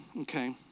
okay